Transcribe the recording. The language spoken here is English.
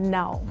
now